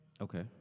Okay